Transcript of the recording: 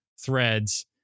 threads